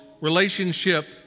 relationship